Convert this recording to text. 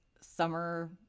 summer